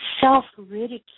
self-ridicule